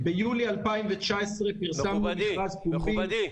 ביולי 2019 פורסם מכרז פומבי --- מכובדי,